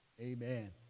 Amen